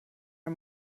and